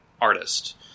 artist